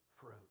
fruit